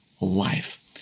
life